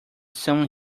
sum